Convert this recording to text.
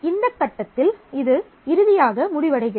இந்த கட்டத்தில் இது இறுதியாக முடிவடைகிறது